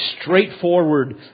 straightforward